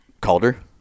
Calder